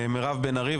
מירב בן ארי.